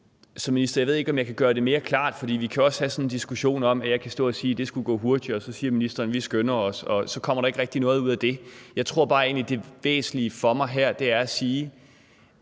Så, minister, jeg ved ikke, om jeg kan gøre det mere klart. For vi kan jo også have sådan en diskussion, hvor jeg kan stå og sige, at det skulle gå hurtigere, og hvor ministeren så siger, at man skynder sig, og så kommer der ikke rigtig noget ud af det. Jeg tror egentlig bare, det væsentlige for mig her er at sige,